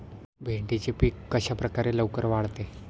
भेंडीचे पीक कशाप्रकारे लवकर वाढते?